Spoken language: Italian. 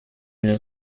nel